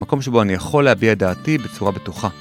מקום שבו אני יכול להביע דעתי בצורה בטוחה.